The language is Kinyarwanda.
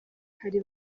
hari